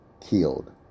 killed